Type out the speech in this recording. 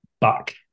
back